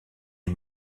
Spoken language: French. est